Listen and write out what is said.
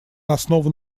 основан